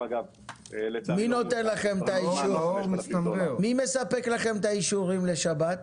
--- מי מספק לכם את האישורים לשבת?